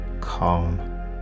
calm